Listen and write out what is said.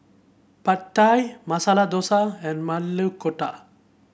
Pad Thai Masala Dosa and Maili Kofta